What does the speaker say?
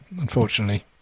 unfortunately